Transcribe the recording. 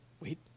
Wait